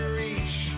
reach